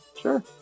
Sure